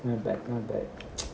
not bad not bad